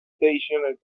stationed